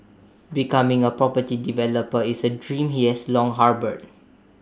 becoming A property developer is A dream he has long harboured